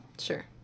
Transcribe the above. Sure